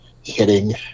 hitting